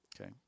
Okay